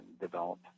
develop